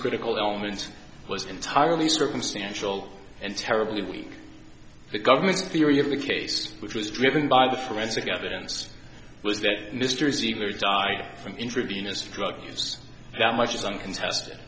critical element was entirely circumstantial and terribly weak the government's theory of the case which was driven by the forensic evidence was that mr ziegler died from intravenous drug use that much is untested